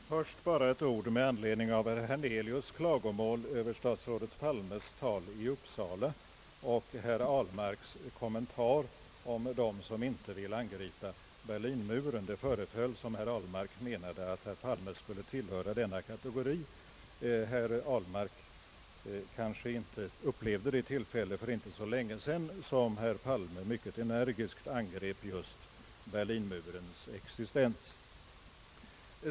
Herr talman! Först bara ett ord med anledning av herr Hernelius klagomål över statsrådet Palmes tal i Uppsala och herr Ahlmarks kommentar om dem som inte vill angripa Berlinmuren. Det föreföll som om herr Ahlmark menade, att herr Palme skulle tillhöra denna kategori. Herr Ahlmark upplevde kanske inte det tillfälle i riksdagen för inte så länge sedan, då herr Palme mycket energiskt angrep just Berlinmurens existens.